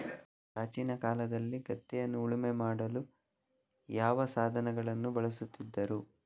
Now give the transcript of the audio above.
ಪ್ರಾಚೀನ ಕಾಲದಲ್ಲಿ ಗದ್ದೆಯನ್ನು ಉಳುಮೆ ಮಾಡಲು ಯಾವ ಸಾಧನಗಳನ್ನು ಬಳಸುತ್ತಿದ್ದರು?